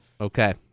Okay